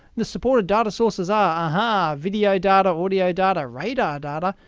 the supported data sources are aha! video data, audio data, radar data,